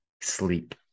sleep